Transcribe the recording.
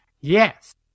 Yes